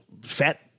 Fat